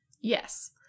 yes